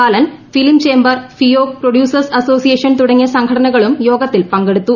ബാലൻ film chamber FEUOK producers association തുടങ്ങിയ സംഘടനകളും യോഗത്തിൽ പങ്കെടുത്തു